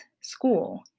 school